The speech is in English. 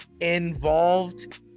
involved